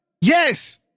yes